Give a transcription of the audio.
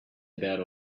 about